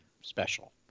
special